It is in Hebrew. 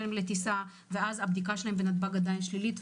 שלהם לטיסה ואז הבדיקה שלהם בנתב"ג היא עדיין שלילית,